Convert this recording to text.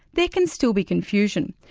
there can still be confusion,